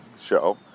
show